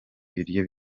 ibiryo